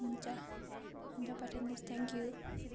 हुन्छ हुन्छ पठाइदिनु होस् थ्याङ्क यु